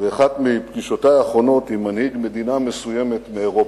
באחת מפגישותי האחרונות עם מנהיג מדינה מסוימת מאירופה,